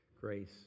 Grace